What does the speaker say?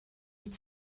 und